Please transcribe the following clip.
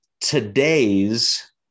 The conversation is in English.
today's